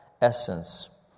essence